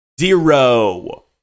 Zero